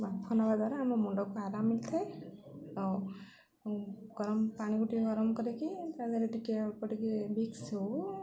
ବାମ୍ଫ ନବା ଦ୍ୱାରା ଆମ ମୁଣ୍ଡକୁ ଆରାମ ମଳିଥାଏ ଆଉ ଗରମ ପାଣିକୁ ଟିକେ ଗରମ କରିକି ତା ଦେହରେ ଟିକେ ଅଳ୍ପ ଟିକେ ଭିକ୍ସ ହଉ